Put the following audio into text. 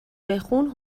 بخون